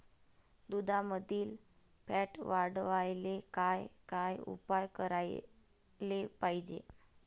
दुधामंदील फॅट वाढवायले काय काय उपाय करायले पाहिजे?